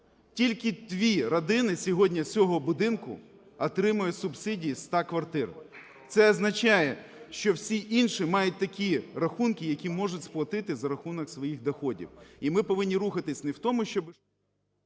тільки дві родини сьогодні з цього будинку отримують субсидії з 100 квартир. Це означає, що всі інші мають такі рахунки, які можуть сплатити за рахунок своїх доходів. І ми повинні рухатись не в тому, що…